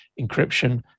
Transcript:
encryption